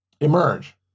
emerge